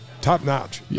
top-notch